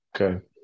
Okay